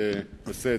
זה בסדר.